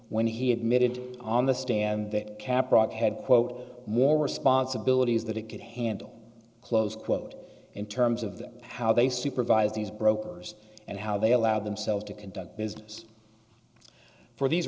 when he admitted on the stand that cap rock had quote more responsibilities that it could handle close quote in terms of how they supervise these brokers and how they allowed themselves to conduct business for these